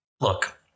Look